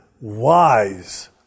wise